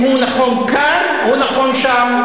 אם הוא נכון כאן, הוא נכון שם.